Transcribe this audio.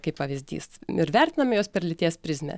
kaip pavyzdys ir vertinam juos per lyties prizmę